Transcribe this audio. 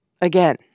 again